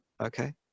okay